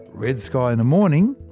red sky in the morning,